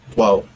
Wow